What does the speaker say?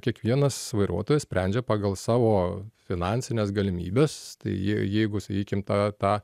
kiekvienas vairuotojas sprendžia pagal savo finansines galimybes tai je jeigu sakykim tą tą